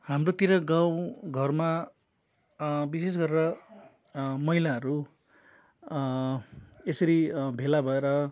हाम्रोतिर गाउँघरमा विशेष गरेर महिलाहरू यसरी भेला भएर